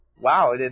wow